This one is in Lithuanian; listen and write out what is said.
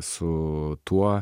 su tuo